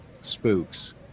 spooks